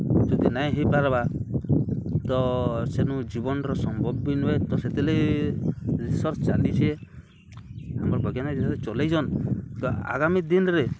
ଯଦି ନାଇଁ ହେଇପାର୍ବା ତ ସେନୁ ଜୀବନ୍ର ସମ୍ଭବ ବିି ନୁହେଁ ତ ସେଥିର୍ଲାଗି ରିସର୍ଚ୍ଚ୍ ଚାଲିଛେ ଆମର୍ ବୈଜ୍ଞାନିକ ଯେନ୍ତା ହିସବେ ଚଲେଇଚନ୍ ତ ଆଗାମୀ ଦିନ୍ରେ